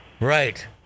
right